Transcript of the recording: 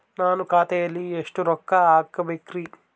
ನಾನು ಖಾತೆಯಲ್ಲಿ ಎಷ್ಟು ರೊಕ್ಕ ಹಾಕಬೇಕ್ರಿ?